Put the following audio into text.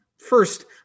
First